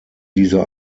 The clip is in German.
diese